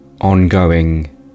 ongoing